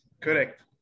correct